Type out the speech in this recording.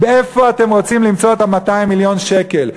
איפה אתם רוצים למצוא את 200 מיליון השקל?